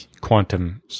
quantum